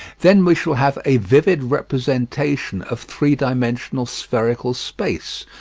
then we shall have a vivid representation of three-dimensional spherical space,